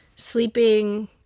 sleeping